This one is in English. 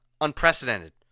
unprecedented